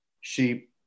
sheep